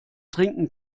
trinken